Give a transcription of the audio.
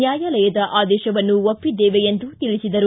ನ್ಯಾಯಾಲಯದ ಆದೇತವನ್ನು ಒಪ್ಪಿದ್ದೆವೆ ಎಂದು ತಿಳಿಸಿದರು